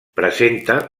presenta